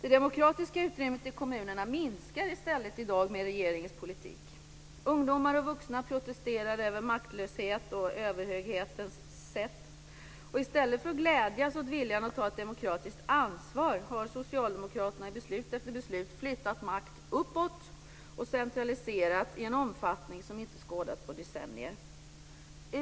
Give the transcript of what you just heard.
Det demokratiska utrymmet i kommunerna minskar i stället i dag med regeringens politik. Ungdomar och vuxna protesterar mot maktlöshet och överhöghetens sätt. I stället för att glädjas åt viljan att ta ett demokratiskt ansvar har Socialdemokraterna i beslut efter beslut flyttat makt uppåt och centraliserat i en omfattning som inte skådats på decennier.